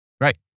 right